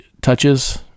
touches